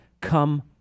come